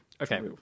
Okay